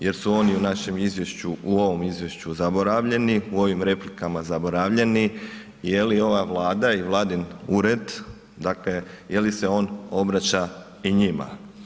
Jer su oni u našem izvješću, u ovom izvješću zaboravljeni, u ovim replikama zaboravljeni, je li ova Vlada i Vladin ured, dakle je li se on obraća i njima?